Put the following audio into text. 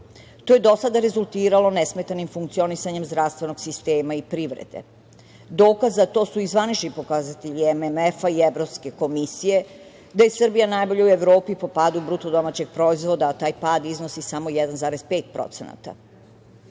je do sada rezultiralo nesmetanim funkcionisanjem zdravstvenog sistema i privrede. Dokaz za to su i zvanični pokazatelji MMF-a i Evropske komisije da je Srbija najbolja u Evropi po padu BDP-a, a taj pada iznosi samo 1,5%.